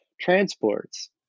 transports